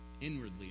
Inwardly